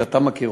שאתה מכיר,